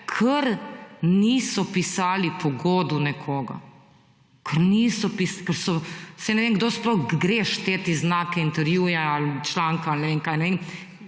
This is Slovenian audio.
ker niso pisali po godu nekoga, ker so saj ne vem kdo sploh gre šteti znake intervjuja ali članka ali ne vem